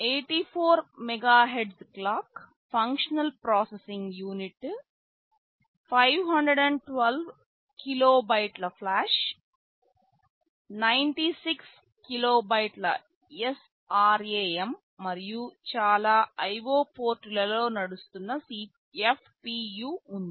84 MHz clock functional processing unit 512 కిలోబైట్ల flash 96 కిలోబైట్ల SRAM మరియు చాలా IO పోర్టులలో నడుస్తున్న FPU ఉంది